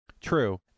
True